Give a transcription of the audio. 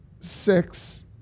six